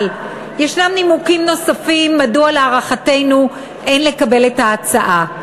אבל יש נימוקים נוספים מדוע להערכתנו אין לקבל את ההצעה.